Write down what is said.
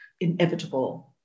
inevitable